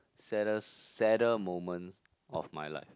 saddest sadder moment of my life